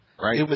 right